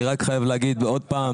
אני חייב להגיד עוד פעם,